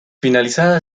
finalizada